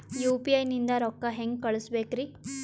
UPI ನಿಂದ ರೊಕ್ಕ ಹೆಂಗ ಕಳಸಬೇಕ್ರಿ?